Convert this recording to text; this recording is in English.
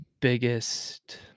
biggest